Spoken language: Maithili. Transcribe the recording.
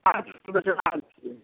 आइ सुबहके बात छै